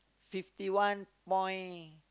fifty one point